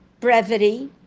brevity